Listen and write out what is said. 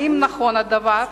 1. האם נכון הדבר?